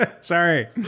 Sorry